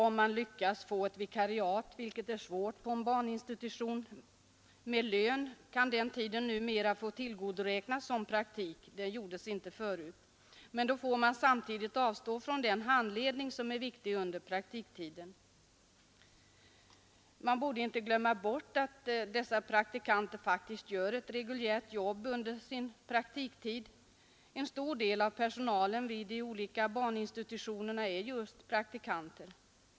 Om man lyckas få ett vikariat med lön, vilket är svårt på en barninstitution, kan den tiden numera tillgodoräknas som praktik — det gjordes inte förr — men då får man samtidigt avstå från den handledning som är viktig under praktiktiden. Man borde inte glömma bort att dessa praktikanter faktiskt gör ett reguljärt jobb under sin praktiktid. En stor del av personalen vid de olika barninstitutionerna är just praktikanter.